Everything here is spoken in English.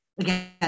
again